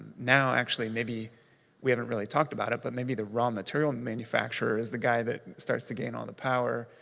now, actually, maybe we haven't really talked about it, but maybe the raw material manufactures, the guy that starts to gain all the power,